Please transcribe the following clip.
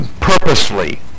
purposely